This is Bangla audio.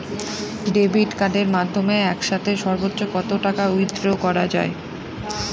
ডেবিট কার্ডের মাধ্যমে একসাথে সর্ব্বোচ্চ কত টাকা উইথড্র করা য়ায়?